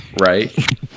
Right